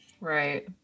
Right